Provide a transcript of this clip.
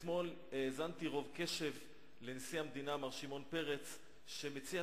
אתמול האזנתי ברוב קשב לנשיא המדינה מר שמעון פרס שמציע